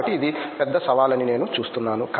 కాబట్టి ఇది పెద్ద సవాలు అని నేను చూస్తున్నాను